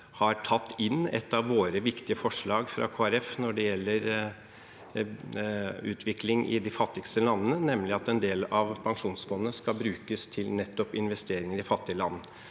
har tatt inn et av våre viktige forslag når det gjelder utvikling i de fattigste landene, nemlig at en del av pensjonsfondet skal brukes til nettopp investeringer i fattige land.